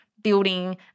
Building